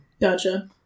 Gotcha